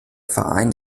verein